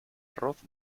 arroz